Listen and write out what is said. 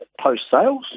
post-sales